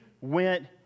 went